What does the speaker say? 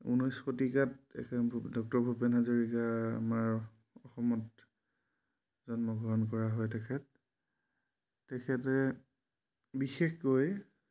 ঊনৈছ শতিকাত ডক্টৰ ভূপেন হাজৰিকা আমাৰ অসমত জন্মগ্ৰহণ কৰা হয় তেখেত তেখেতে বিশেষকৈ